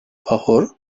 pahor